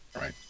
Right